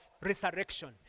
resurrection